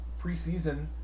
preseason